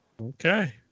Okay